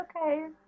okay